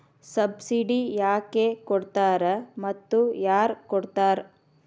Subsidy ಯಾಕೆ ಕೊಡ್ತಾರ ಮತ್ತು ಯಾರ್ ಕೊಡ್ತಾರ್?